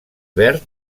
verd